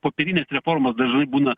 popierinės reformos dažnai būna